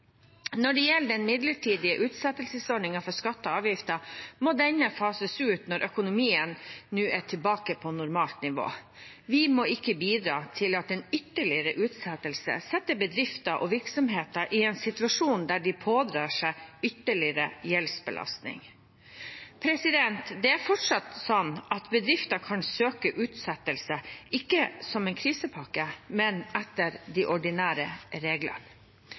Når det gjelder den midlertidige utsettelsesordningen for skatter og avgifter, må den fases ut når økonomien nå er tilbake på normalt nivå. Vi må ikke bidra til at en ytterligere utsettelse setter bedrifter og virksomheter i en situasjon der de pådrar seg ytterligere gjeldsbelastning. Det er fortsatt sånn at bedrifter kan søke utsettelse – ikke som en krisepakke, men etter de ordinære reglene.